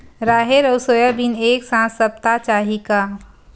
राहेर अउ सोयाबीन एक साथ सप्ता चाही का?